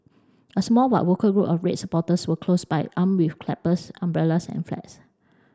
a small but vocal group of red supporters were close by armed with clappers umbrellas and flags